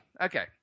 okay